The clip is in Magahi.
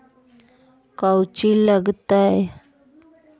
कौची लगतय?